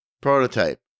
Prototype